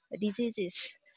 diseases